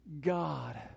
God